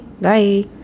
Bye